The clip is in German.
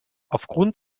aufgrund